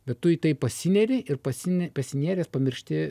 bet tu į tai pasineri ir pasi pasinėręs pamiršti